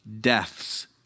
deaths